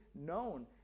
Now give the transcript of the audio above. known